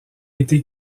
été